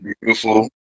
beautiful